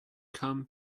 come